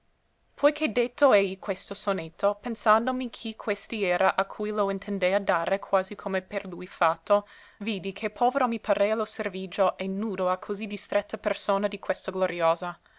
che detto èi questo sonetto pensandomi chi questi era a cui lo intendea dare quasi come per lui fatto vidi che povero mi parea lo servigio e nudo a così distretta persona di questa gloriosa